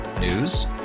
News